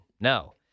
no